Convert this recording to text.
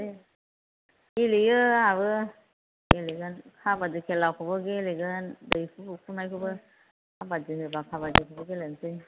गेलेयो आंहाबो गेलेगोन खाबादि खेलाखौबो गेलेगोन दैहु बुख्रुबनायखौबो खाबादि होबा खाबादिखौबो गेलेनोसै